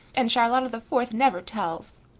and charlotta the fourth never tells.